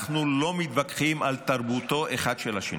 אנחנו לא מתווכחים על תרבותו אחד של השני.